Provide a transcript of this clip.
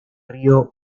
río